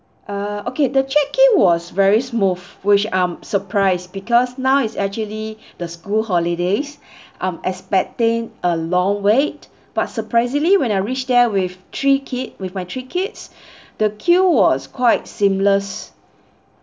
err okay the check in was very smooth which I'm surprised because now is actually the school holidays I'm expecting a long wait but surprisingly when I reached there with three kid with my three kids the queue was quite seamless